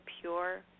pure